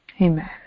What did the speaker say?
Amen